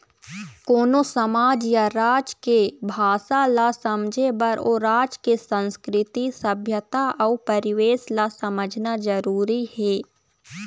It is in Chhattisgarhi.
कोनो समाज या राज के भासा ल समझे बर ओ राज के संस्कृति, सभ्यता अउ परिवेस ल समझना जरुरी हे